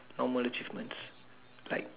normal achievements like